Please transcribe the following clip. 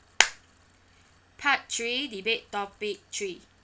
part three debate topic three